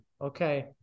Okay